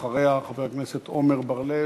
ואחריה, חבר הכנסת עמר בר-לב,